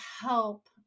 help